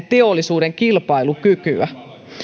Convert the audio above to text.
teollisuuden kilpailukykyä